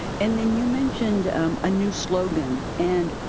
and then, you mentioned um a new slogan. and ah